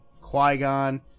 Qui-Gon